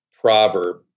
proverb